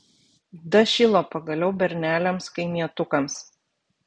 dašilo pagaliau berneliams kaimietukams